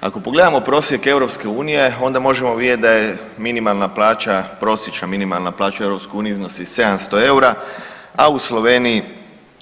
Ako pogledamo prosjek EU onda možemo vidjeti da je minimalna plaća, prosječna minimalna plaća u EU iznosi 700 eura, a u Sloveniji